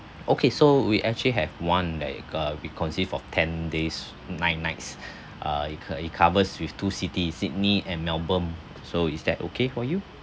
okay so we actually have one like uh we consist of ten days nine nights uh it c~ it covers with two cities sydney and melbourne so is that okay for you